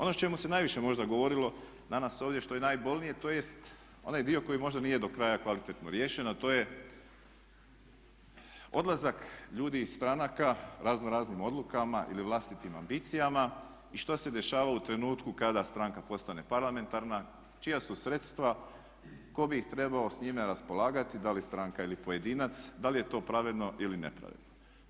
Ono o čemu se najviše možda govorilo danas ovdje i što je najbolnije to jest onaj dio koji možda nije do kraja kvalitetno riješen a to je odlazak ljudi iz stranaka raznoraznim odlukama ili vlastitim ambicijama i što se dešava u trenutku kada stranka postane parlamentarna, čija su sredstva, tko bi trebao s njima raspolagati da li stranka ili pojedinac, da li je to pravedno ili nepravedno.